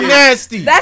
nasty